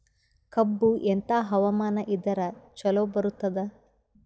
ಕಬ್ಬು ಎಂಥಾ ಹವಾಮಾನ ಇದರ ಚಲೋ ಬರತ್ತಾದ?